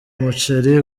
muceri